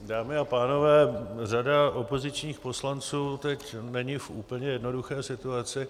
Dámy a pánové, řada opozičních poslanců teď není v úplně jednoduché situaci.